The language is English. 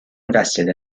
invested